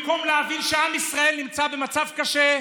במקום להבין שעם ישראל נמצא במצב קשה,